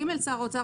(ג)שר האוצר,